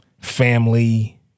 family